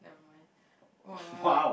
never mind uh